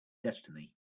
destiny